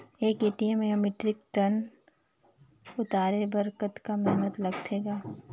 एक एम.टी या metric tonne धन उतारे बर कतका मेहनती लगथे ग?